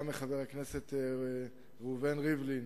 גם מחבר הכנסת ראובן ריבלין,